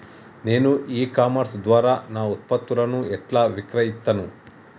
నేను e commerce ద్వారా నా ఉత్పత్తులను ఎట్లా విక్రయిత్తను?